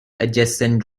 adjacent